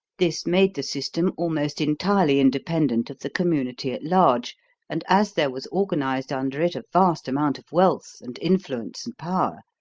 this made the system almost entirely independent of the community at large and as there was organized under it a vast amount of wealth, and influence, and power,